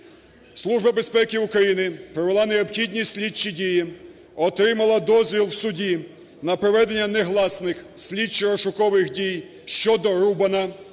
Служба безпеки України провела необхідні слідчі дії, отримала дозвіл у суді на проведення негласних слідчо-розшукових дій щодо Рубана.